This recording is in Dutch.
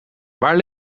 waar